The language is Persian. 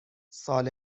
سال